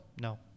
No